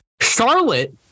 Charlotte